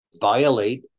violate